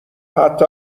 حتی